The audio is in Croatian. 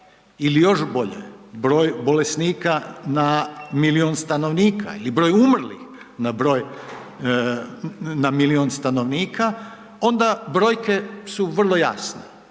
ili još bolje, broj bolesnika na milijun stanovnika, ili broj umrlih na broj na milijun stanovnika, onda brojke su vrlo jasne.